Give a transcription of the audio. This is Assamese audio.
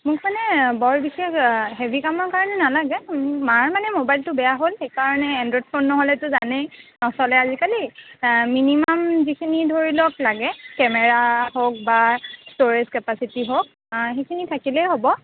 মোক মানে বৰ বিশেষ হেভি কামৰ কাৰণে নালাগে মাৰ মানে মোবাইলটো বেয়া হ'ল সেইকাৰণে এনড্ৰইড ফোন নহ'লেতো জানেই নচলে আজিকালি মিনিমাম যিখিনি ধৰি লওক লাগে কেমেৰা হওক বা ষ্ট'ৰেজ কেপাচিটি হওক সেইখিনি থাকিলেই হ'ব